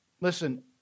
Listen